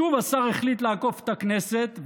שוב השר החליט לעקוף את הכנסת,